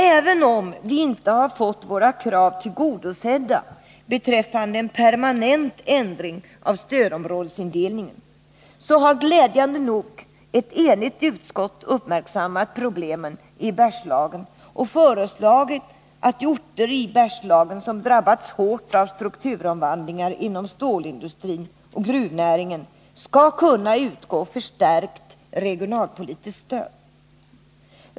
Även om vi inte fått våra krav tillgodosedda beträffande en permanent ändring av stödområdesindelningen, så har glädjande nog ett enigt utskott uppmärksammat problemen i Bergslagen och föreslagit att i orter i Bergslagen som drabbas hårt av strukturomvandlingar inom stålindustrin och gruvnäringen skall förstärkt regionalpolitiskt stöd kunna utgå.